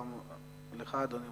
גם לך, אדוני,